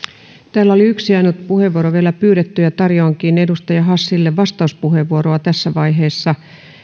täällä oli yksi ainut puheenvuoro vielä pyydetty ja tarjoankin edustaja hassille vastauspuheenvuoroa tässä vaiheessa